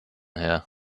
her